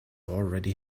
already